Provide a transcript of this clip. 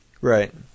right